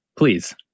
please